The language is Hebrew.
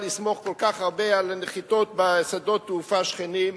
לסמוך כל כך על נחיתות בשדות תעופה שכנים,